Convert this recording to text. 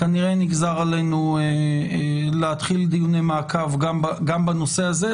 כנראה נגזר עלינו להתחיל דיוני מעקב גם בנושא הזה,